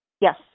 Yes